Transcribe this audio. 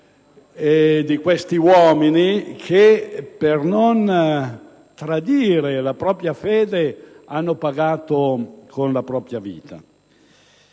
di questi uomini che, per non tradire la propria fede, hanno pagato con la propria vita.